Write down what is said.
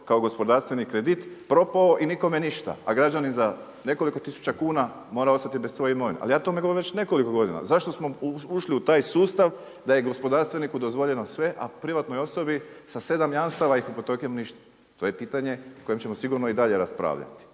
kao gospodarstvenik kredit, propao i nikome ništa. A građani za nekoliko tisuća kuna mora ostati bez svoje imovine. Ali ja o tome govorim već nekoliko godina. Zašto smo ušli u taj sustav da je gospodarstveniku dozvoljeno sve, a privatnoj osobi sa 7 jamstava i hipotekom ništa. To je pitanje o kojem ćemo sigurno i dalje raspravljati,